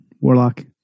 Warlock